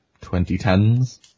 2010s